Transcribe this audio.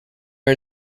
are